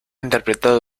interpretado